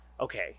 okay